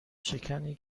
شکنی